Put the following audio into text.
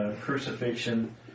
crucifixion